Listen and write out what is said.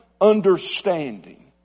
understanding